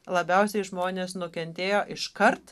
labiausiai žmonės nukentėjo iškart